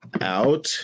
out